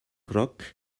roc